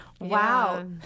Wow